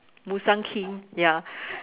Musang King ya